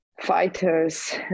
fighters